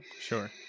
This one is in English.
Sure